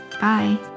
Bye